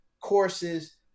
courses